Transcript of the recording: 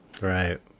Right